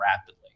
rapidly